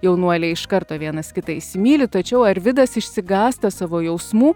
jaunuoliai iš karto vienas kitą įsimyli tačiau arvidas išsigąsta savo jausmų